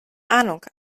ahnung